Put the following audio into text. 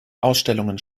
ausstellungen